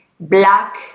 black